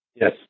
yes